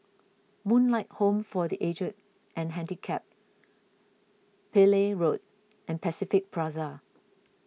Moonlight Home for the Aged and Handicapped Pillai Road and Pacific Plaza